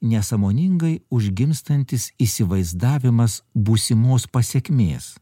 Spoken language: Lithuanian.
nesąmoningai užgimstantis įsivaizdavimas būsimos pasekmės